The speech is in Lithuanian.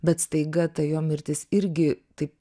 bet staiga ta jo mirtis irgi taip